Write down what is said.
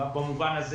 במובן הזה